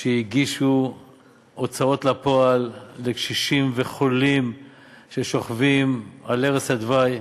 שהגישו תביעות של הוצאה לפועל לקשישים וחולים ששוכבים על ערש דווי,